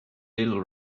little